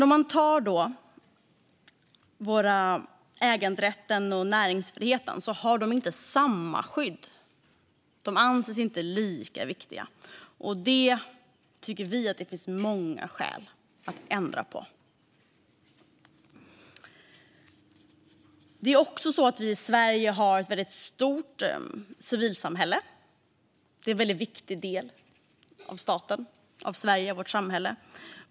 Om man tar äganderätten och näringsfriheten har de inte samma skydd. De anses inte lika viktiga. Det tycker vi att det finns många skäl att ändra på. Vi har i Sverige också ett väldigt stort civilsamhälle. Det är en väldigt viktig del av staten, Sverige och vårt samhälle.